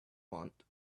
want